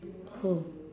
who